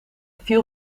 viel